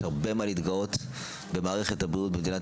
יש הרבה להתגאות במערכת הבריאות במדינת